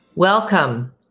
Welcome